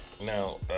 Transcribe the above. now